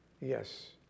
Yes